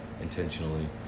intentionally